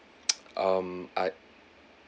um I